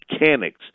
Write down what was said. mechanics